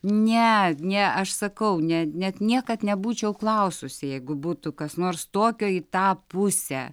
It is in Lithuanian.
ne ne aš sakau ne net niekad nebūčiau klaususi jeigu būtų kas nors tokio į tą pusę